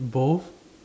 both